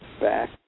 back